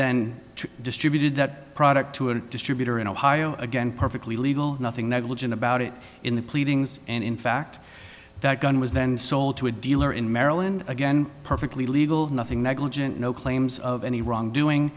then distributed that product to a distributor in ohio again perfectly legal nothing negligent about it in the pleadings and in fact that gun was then sold to a dealer in maryland again perfectly legal nothing negligent no claims of any wrongdoing